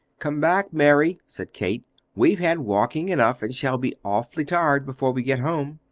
come back, mary, said kate we've had walking enough, and shall be awfully tired before we get home.